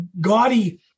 gaudy